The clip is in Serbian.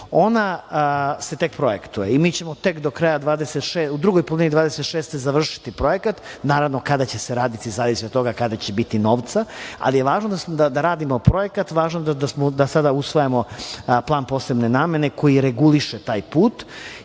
ona se tek projektuje i mi ćemo tek u drugoj polovini 2026. godine završiti projekat. Naravno, kada će se raditi, zavisi od toga kada će biti novca, ali je važno da radimo projekat, važno je da sada usvajamo plan posebne namene koji reguliše taj put